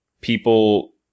people